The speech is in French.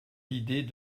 l’idée